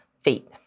feet